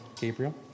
gabriel